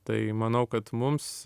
tai manau kad mums